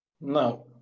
Now